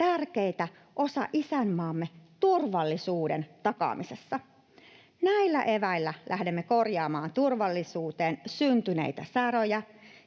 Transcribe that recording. tärkeitä osia isänmaamme turvallisuuden takaamisessa. Näillä eväillä lähdemme korjaamaan turvallisuuteen syntyneitä säröjä,